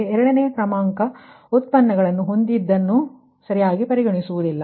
ನಿಮ್ಮ ಎರಡನೆಯ ಕ್ರಮಾ0ಕ ಡಿರೈವಿಟಿಗಳನ್ನು ಹೊಂದಿದ್ದನ್ನು ಸರಿಯಾಗಿ ಪರಿಗಣಿಸುವುದಿಲ್ಲ